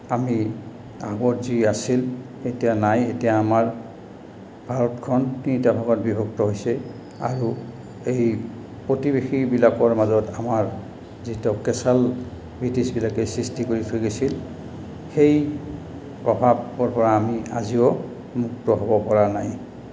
আমি আগত যি আছিল এতিয়া নাই এতিয়া আমাৰ ভাৰতখন তিনিটা ভাগত বিভক্ত হৈছে আৰু এই প্ৰতিবেশীবিলাকৰ মাজত আমাৰ যিটো পেচাল ব্ৰিটিছবিলাকে সৃষ্টি কৰি থৈ গৈছিল সেই প্ৰভাৱৰ পৰা আমি আজিও মুক্ত হ'ব পৰা নাই